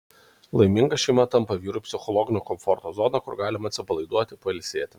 laiminga šeima tampa vyrui psichologinio komforto zona kur galima atsipalaiduoti pailsėti